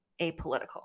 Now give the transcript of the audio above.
apolitical